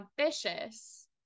ambitious